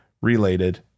related